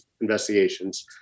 investigations